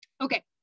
Okay